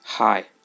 Hi